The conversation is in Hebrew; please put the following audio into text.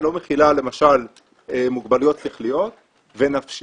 היא לא מכילה למשל מוגבלויות שכליות ונפשיות,